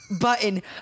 button